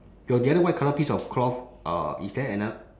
your the other white colour piece of cloth uh is there another